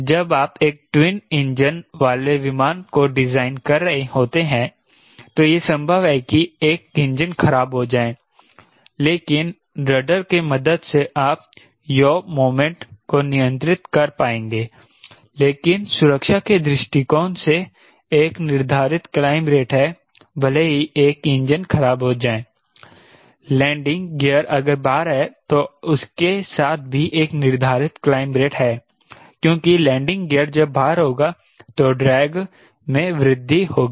जब आप एक ट्विन इंजन वाले विमान को डिजाइन कर रहे होते हैं तो यह संभव है कि एक इंजन खराब हो जाए लेकिन रडर के मदद से आप याॅ मोमेंट को नियंत्रित कर पाएंगे लेकिन सुरक्षा के दृष्टिकोण से एक निर्धारित क्लाइंब रेट है भले ही एक इंजन खराब हो जाएं लैंडिंग गियर अगर बाहर है तो इसके साथ भी एक निर्धारित क्लाइंब रेट है क्योंकि लैंडिंग गियर जब बाहर होगा तो ड्रैग में वृद्धि होगी